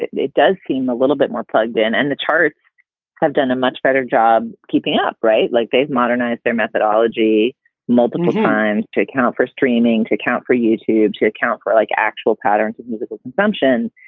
it does seem a little bit more plugged in and the charts have done a much better job keeping up. right. like they've modernized their methodology multiple times to account for streaming, to account for youtube, to account for like actual patterns of musical consumption.